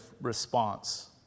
response